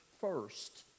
first